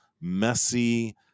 messy